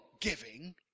giving